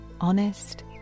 honest